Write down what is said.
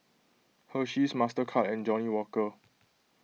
Hersheys Mastercard and Johnnie Walker